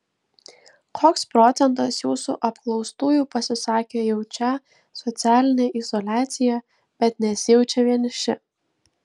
koks procentas jūsų apklaustųjų pasisakė jaučią socialinę izoliaciją bet nesijaučią vieniši